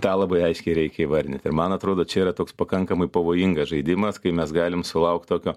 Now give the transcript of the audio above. tą labai aiškiai reikia įvardint ir man atrodo čia yra toks pakankamai pavojingas žaidimas kai mes galim sulaukt tokio